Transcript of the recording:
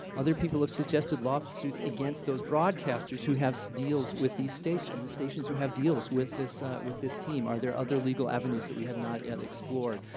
other people have suggested lawsuits against those broadcasters who have so deals with these stations stations who have deals with this with this team. are there other legal avenues that we have not yet explored?